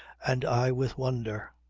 and i with wonder.